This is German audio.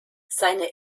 seine